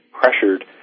pressured